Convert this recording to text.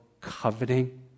coveting